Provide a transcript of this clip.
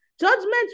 Judgment